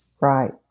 Right